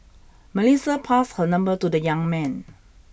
Melissa passed her number to the young man